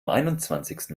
einundzwanzigsten